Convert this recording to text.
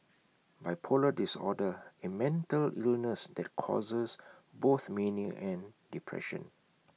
bipolar disorder A mental illness that causes both mania and depression